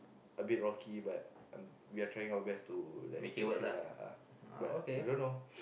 a bit rocky but we are trying our best to like fix it lah but I don't know